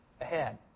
ahead